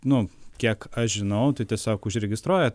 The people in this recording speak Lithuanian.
nu kiek aš žinau tai tiesiog užregistruoja